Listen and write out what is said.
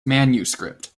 manuscript